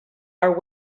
are